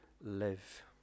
live